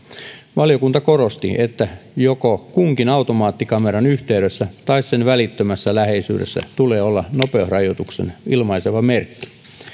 valiokunta korostaa että joko kunkin automaattikameran yhteydessä tai sen välittömässä läheisyydessä tulee olla nopeusrajoituksen ilmaiseva merkki